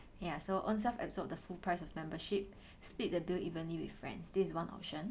ya so ownself absorbed the full price of membership split the bill evenly with friends this is one option